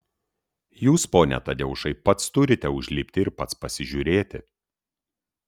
jūs pone tadeušai pats turite užlipti ir pats pasižiūrėti